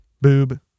Boob